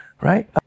right